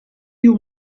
you